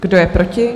Kdo je proti?